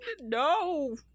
No